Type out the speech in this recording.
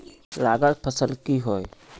लागत फसल की होय?